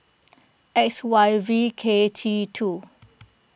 X Y V K T two